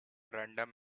random